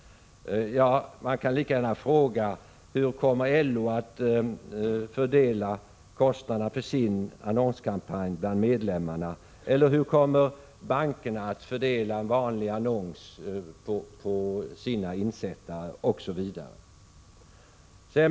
Man kan lika gärna fråga: Hur kommer LO att fördela kostnaderna för sin annonskampanj bland medlemmarna? Eller hur kommer bankerna att fördela kostnaden för en vanlig annons på sina insättare, osv.?